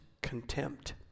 contempt